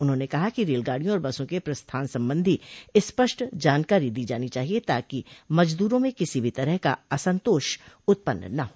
उन्होंने कहा कि रेलगाडियों और बसों के प्रस्थान संबंधी स्पष्ट जानकारी दी जानी चाहिए ताकि मजदूरों म किसी भी तरह का असंतोष उत्पन्न न हो